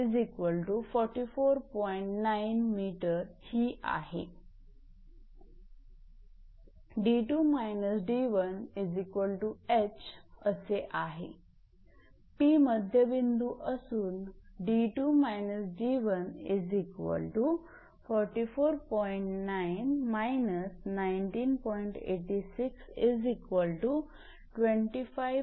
तर तो पॉईंट 𝐵 खाली 25